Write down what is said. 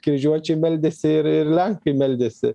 kryžiuočiai meldėsi ir ir lenkai meldėsi